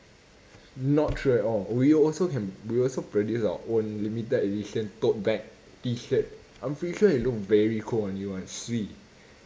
not true at all we also can we also produce our own limited edition tote bag T-shirt I am pretty sure it'll look very cool on you [one] swee